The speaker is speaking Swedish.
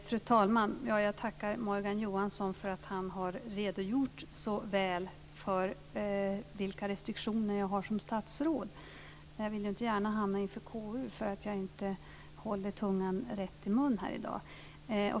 Fru talman! Jag tackar Morgan Johansson för att han så väl har redogjort för vilka restriktioner jag har som statsråd. Jag vill ju inte gärna hamna inför KU för att jag inte håller tungan rätt i mun här i dag.